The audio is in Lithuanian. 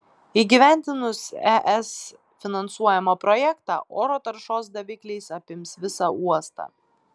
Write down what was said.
įgyvendinus es finansuojamą projektą oro taršos davikliais apims visą uostą